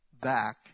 back